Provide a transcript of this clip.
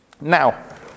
Now